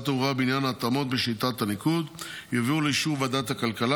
התחבורה בעניין ההתאמות בשיטת הניקוד יובאו לאישור ועדת הכלכלה,